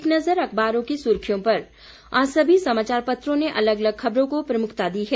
एक नज़र अखबारों की सुर्खियों पर आज सभी समाचार पत्रों ने अलग अलग खबरों को प्रमुखता दी है